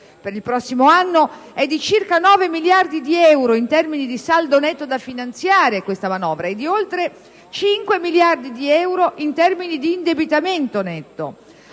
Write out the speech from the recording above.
per il prossimo anno è di circa 9 miliardi di euro in termini di saldo netto da finanziare e di oltre 5 miliardi di euro in termini di indebitamento netto,